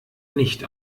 nicht